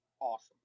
awesome